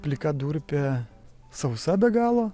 plika durpė sausa be galo